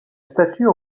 statue